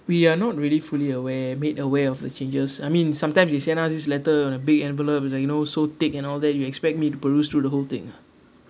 we are not really fully aware made aware of the changes I mean sometimes they send uh this letter on a big envelope with like you know so thick and all that you expect me to peruse through the whole thing ah